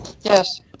Yes